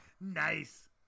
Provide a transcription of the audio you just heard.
nice